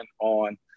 on